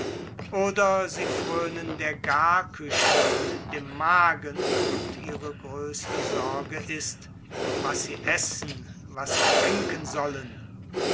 oder sie fröhnen der garküche und dem magen und ihre größte sorge ist was sie essen was sie trinken sollen